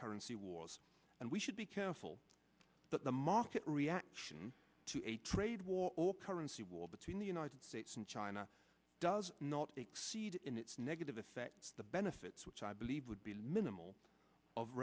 currency wars and we should be careful that the market reaction to a trade war or currency war between the united states and china does not exceed in its negative effects the benefits which i believe would be minimal of